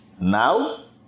Now